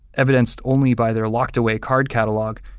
evidenced only by their locked away card catalog,